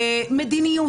מדיניות.